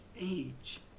age